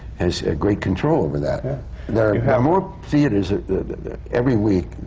has great control over that. yeah. there are more theatres every week,